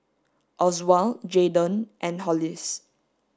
Oswald Jaydon and Hollis